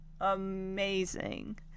amazing